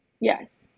yes